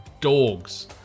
dogs